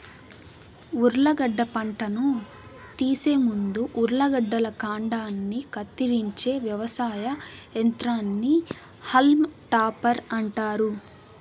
ఉర్లగడ్డ పంటను తీసే ముందు ఉర్లగడ్డల కాండాన్ని కత్తిరించే వ్యవసాయ యంత్రాన్ని హాల్మ్ టాపర్ అంటారు